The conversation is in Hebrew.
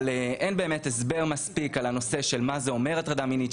אבל אין באמת הסבר מספיק על הנושא מה זה אומר הטרדה מינית,